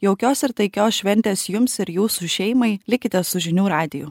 jaukios ir taikios šventės jums ir jūsų šeimai likite su žinių radiju